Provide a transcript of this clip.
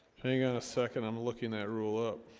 hang on a second i'm looking that rule up